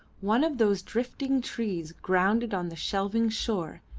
one of those drifting trees grounded on the shelving shore,